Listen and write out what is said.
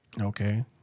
Okay